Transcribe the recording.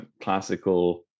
classical